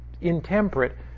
intemperate